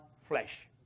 flesh